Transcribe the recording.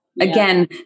again